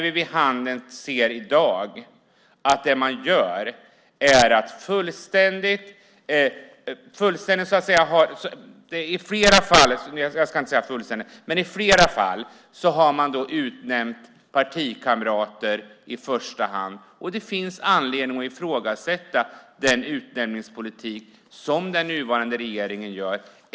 I dag ser vi att det man gör är att i flera fall utnämna partikamrater i första hand. Det finns anledning att ifrågasätta den utnämningspolitik som den nuvarande regeringen för.